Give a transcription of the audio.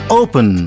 open